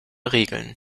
regeln